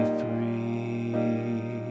free